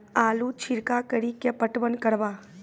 आलू छिरका कड़ी के पटवन करवा?